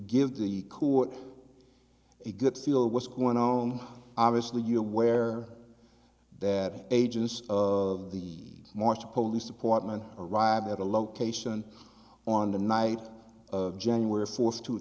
give the court a good feel what's going on obviously you're aware that agents of the march police department arrived at a location on the night of january fourth two